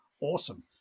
awesome